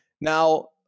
now